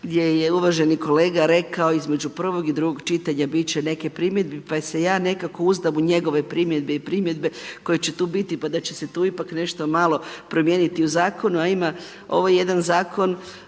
gdje je uvaženi kolega rekao između prvog i drugog čitanja bit će neke primjedbi pa se ja nekako uzdam u njegove primjedbe i primjedbe koje će tu biti pa da će se tu ipak nešto malo promijeniti u zakonu, a ima ovaj jedan zakon